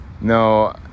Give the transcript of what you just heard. No